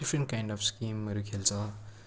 different kind of गेमहरू खेल्छ